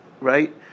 right